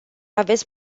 aveți